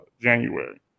January